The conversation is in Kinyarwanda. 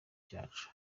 cyacu